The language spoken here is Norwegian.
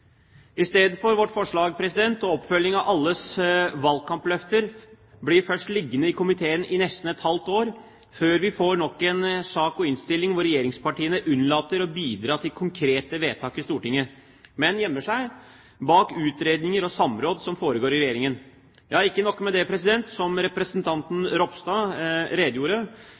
I stedet blir vårt forslag – og oppfølging av alles valgkampløfter – først liggende i komiteen i nesten et halvt år, før vi får nok en sak og innstilling hvor regjeringspartiene unnlater å bidra til konkrete vedtak i Stortinget, men gjemmer seg bak utredninger og «samråd» som foregår i Regjeringen. Ja, ikke nok med det, som representanten Ropstad redegjorde